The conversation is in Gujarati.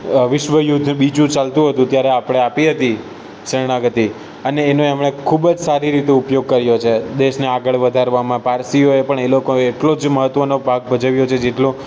વિશ્વ યુદ્ધ બીજું ચાલતું હતું ત્યારે આપણે આપી હતી શરણાગતિ અને એનો એમણે ખૂબ જ સારી રીતે ઉપયોગ કર્યો છે દેશને આગળ વધારવામાં પારસીઓએ પણ એ લોકોએ એટલો જ મહત્ત્વનો ભાગ ભજવ્યો છે જેટલો